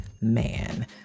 man